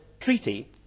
treaty